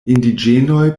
indiĝenoj